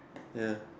ya